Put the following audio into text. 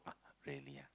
uh really ah